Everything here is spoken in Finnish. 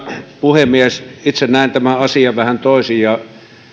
puhemies itse näen tämän asian vähän toisin